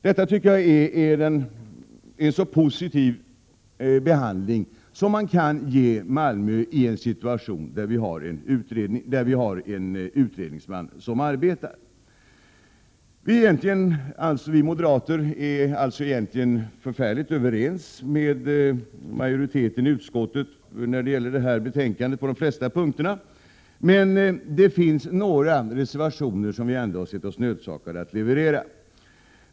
Detta tycker jag är så positiv behandling som man kan ge Malmö i en situation där en utredningsman arbetar. Vi moderater är egentligen helt överens med utskottsmajoriteten när det gäller de flesta punkterna i betänkandet, men det finns några reservationer som vi sett oss nödsakade att leverera.